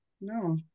no